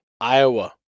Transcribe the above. Iowa